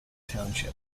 township